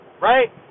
Right